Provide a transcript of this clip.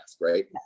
right